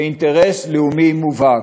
זה אינטרס לאומי מובהק.